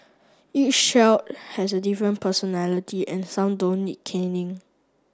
each shall has a different personality and some don't need caning